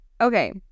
okay